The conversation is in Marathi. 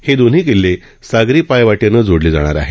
हे दोन्ही किल्ले सागरी पायवाटेनं जोडले जाणार आहेत